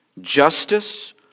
justice